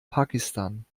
pakistan